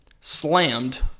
slammed